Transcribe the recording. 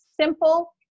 simple